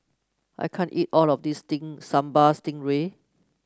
I can't eat all of this thing Sambal Stingray